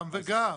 גם וגם.